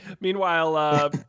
Meanwhile